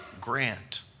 grant